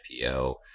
IPO